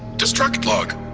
destruct log.